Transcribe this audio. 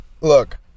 Look